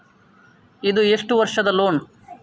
ಇದು ಎಷ್ಟು ವರ್ಷದ ಲೋನ್?